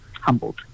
humbled